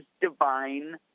divine